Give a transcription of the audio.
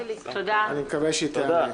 אני מקווה שהיא תיענה.